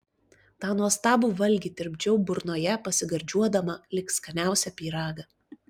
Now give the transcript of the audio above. tą nuostabų valgį tirpdžiau burnoje pasigardžiuodama lyg skaniausią pyragą